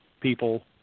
people